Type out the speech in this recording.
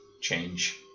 change